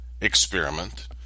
experiment